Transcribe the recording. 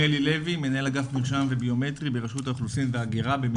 אני מנהל אגף מרשם וביומטרי במינהל האוכלוסין שברשות האוכלוסין וההגירה.